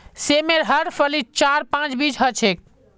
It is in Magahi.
सेमेर हर फलीत चार पांच बीज ह छेक